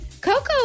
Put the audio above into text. Coco